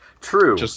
True